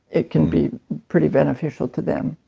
it can be pretty beneficial to them.